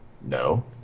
No